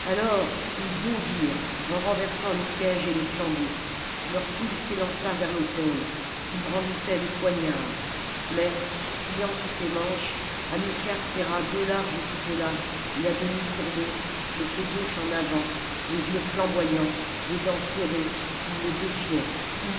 ils bondirent en renversant les sièges et les flambeaux leur foule s'élança vers l'autel ils brandissaient des poignards mais fouillant sous ses manches hamilcar tira deux larges coutelas et à demi courbé le pied gauche en avant les jeux flamboyants les dents serrées il les défiait